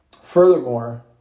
Furthermore